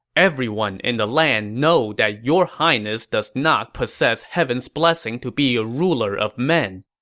everyone in the land know that your highness does not possess heaven's blessing to be a ruler of men.